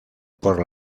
por